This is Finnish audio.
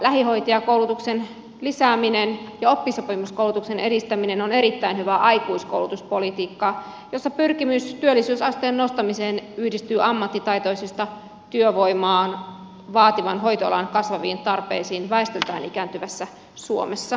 lähihoitajakoulutuksen lisääminen ja oppisopimuskoulutuksen edistäminen on erittäin hyvää aikuiskoulutuspolitiikkaa jossa pyrkimys työllisyysasteen nostamiseen yhdistyy ammattitaitoista työvoimaa vaativan hoitoalan kasvaviin tarpeisiin väestöltään ikääntyvässä suomessa